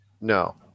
no